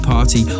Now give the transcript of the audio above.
Party